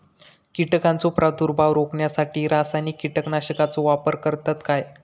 कीटकांचो प्रादुर्भाव रोखण्यासाठी रासायनिक कीटकनाशकाचो वापर करतत काय?